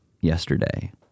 yesterday